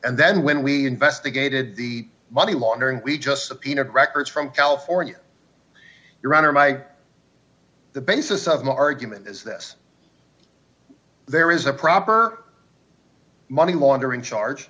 and then when we investigated the money laundering we just a peanut records from california your honor my the basis of my argument is this there is a proper money laundering charge